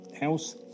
house